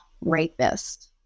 rapist